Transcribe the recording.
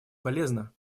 полезно